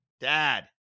dad